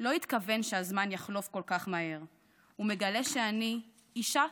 לא התכוון שהזמן יחלוף כל כך מהר / הוא מגלה שאני / אישה,